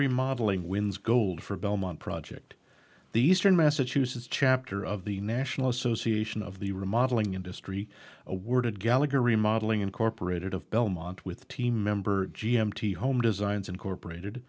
remodelling wins gold for belmont project the eastern massachusetts chapter of the national association of the remodeling industry awarded gallagher remodelling incorporated of belmont with team member g m t home designs incorporated